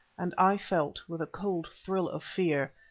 and i felt, with a cold thrill of fear,